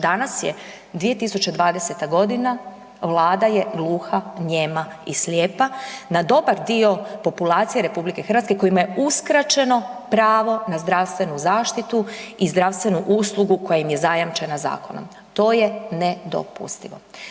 Danas je 2020. g., Vlada je gluha, nijema i slijepa na dobar dio populacije RH kojima je uskraćeno pravo na zdravstvenu zaštitu i zdravstvenu uslugu koja im je zajamčena zakonom. To je nedopustivo.